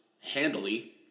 handily